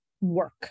work